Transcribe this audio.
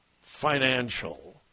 financial